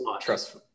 trust